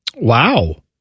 Wow